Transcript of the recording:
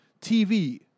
TV